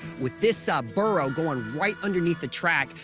with this ah burrow going right underneath the track,